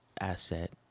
asset